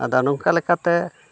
ᱟᱫᱚ ᱱᱚᱝᱠᱟ ᱞᱮᱠᱟᱛᱮ